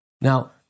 Now